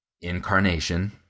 incarnation